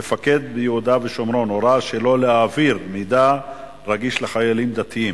מפקד ביהודה ושומרון הורה שלא להעביר מידע רגיש לחיילים דתיים,